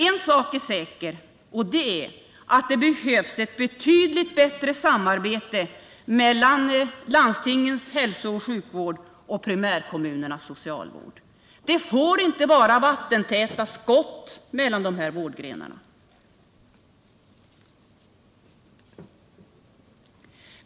En sak är säker: Det behövs ett betydligt bättre samarbete mellan landstingens hälsooch sjukvård och primärkommunernas socialvård. Det får inte vara vattentäta skott mellan dessa vårdgrenar.